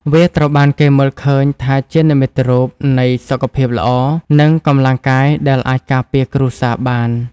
វាត្រូវបានគេមើលឃើញថាជានិមិត្តរូបនៃសុខភាពល្អ និងកម្លាំងកាយដែលអាចការពារគ្រួសារបាន។